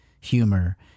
humor